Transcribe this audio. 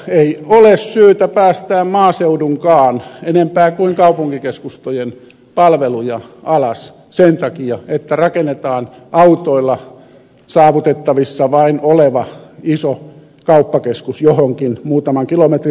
ei ole syytä päästää maaseudun sen enempää kuin kaupunkikeskustojenkaan palveluja alas sen takia että rakennetaan vain autoilla saavutettavissa oleva iso kauppakeskus johonkin muutaman kilometrin päähän